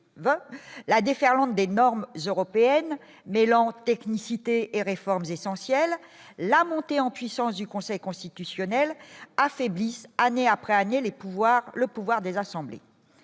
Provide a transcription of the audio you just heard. la déferlante des normes européennes, mais là en technicité et réformes essentielles : la montée en puissance du Conseil constitutionnel, affaiblissent, année après année les pouvoirs, le